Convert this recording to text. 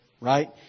right